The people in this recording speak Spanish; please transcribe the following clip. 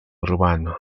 urbano